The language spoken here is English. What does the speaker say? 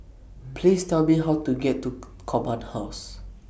Please Tell Me How to get to Command House